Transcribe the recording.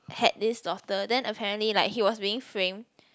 had this daughter then apparently like he was being framed